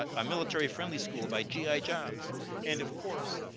ah a military-friendly school by gi jobs and of course,